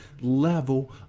level